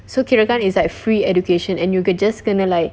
so kirakan it's like free education and you could just going to like